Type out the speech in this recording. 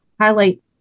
highlight